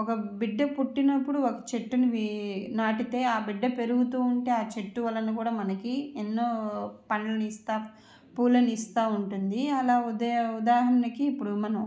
ఒక బిడ్డ పుట్టినప్పుడు ఒక చెట్టుని నాటితే ఆ బిడ్డ పెరుగుతూ ఉంటే ఆ చెట్టు వలన కూడా మనకి ఎన్నో పండ్లను ఇస్తూ పూలను ఇస్తూ ఉంటుంది అలా ఉదా ఉదాహరణకి ఇప్పుడు మనం